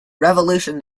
revolution